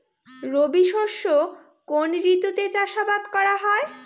রবি শস্য কোন ঋতুতে চাষাবাদ করা হয়?